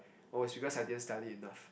oh is because I didn't study enough